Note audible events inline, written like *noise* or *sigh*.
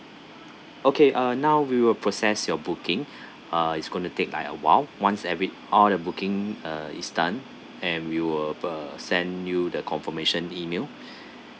okay uh now we will process your booking *breath* uh it's going to take a while once every all the booking uh is done and we will uh send you the confirmation email *breath*